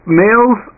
males